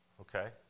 Okay